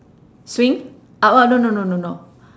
swing ah no no no no no